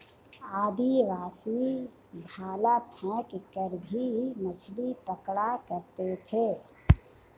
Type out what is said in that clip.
आदिवासी भाला फैंक कर भी मछली पकड़ा करते थे